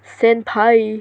senpai